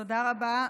תודה רבה,